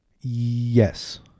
Yes